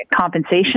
compensation